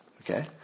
Okay